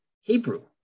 Hebrew